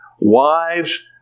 Wives